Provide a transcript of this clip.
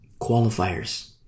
Qualifiers